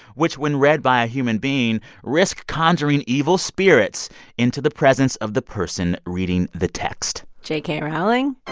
which when read by a human being, risk conjuring evil spirits into the presence of the person reading the text. j k. rowling?